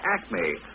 Acme